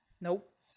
Nope